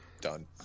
done